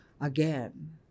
Again